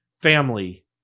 family